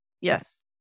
Yes